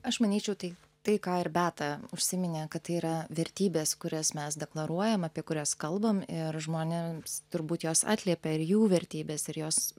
aš manyčiau tai tai ką ir beata užsiminė kad tai yra vertybės kurias mes deklaruojam apie kurias kalbam ir žmonėms turbūt jos atliepia ir jų vertybes ir jos